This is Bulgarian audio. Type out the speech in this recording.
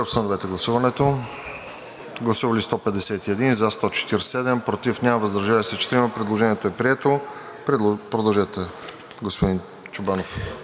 Продължете, господин Чобанов.